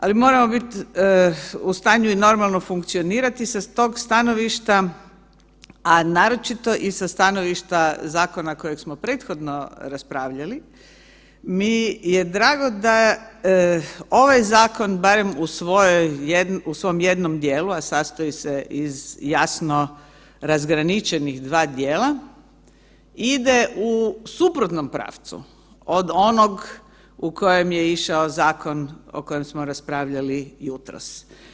Ali moramo biti u stanju normalno funkcionirati sa tog stanovišta, a naročito i sa stanovišta zakona kojeg smo prethodno raspravljali mi je drago da ovaj zakon barem u svom jednom dijelu, a sastoji se jasno razgraničenih dva dijela ide u suprotnom pravcu od onog u kojem je išao zakon o kojem smo raspravljali jutros.